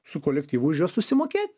su kolektyvu už juos užsimokėt